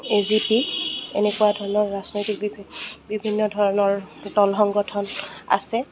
এ G P এনেকুৱা ধৰণৰ ৰাজনৈতিক বিভিন্ন ধৰণৰ দল সংগঠন আছে